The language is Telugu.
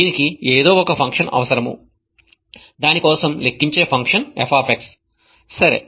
దీనికి ఏదో ఒక ఫంక్షన్ అవసరం దాని కోసం లెక్కించే ఫంక్షన్ f సరే